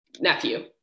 nephew